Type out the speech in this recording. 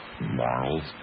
morals